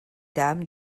dames